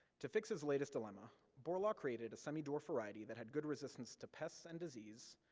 to fix his latest dilemma, borlaug created a semi-dwarf variety that had good resistance to pests and disease,